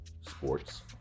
sports